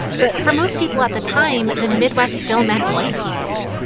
but for most people at the time, the midwest still meant white people.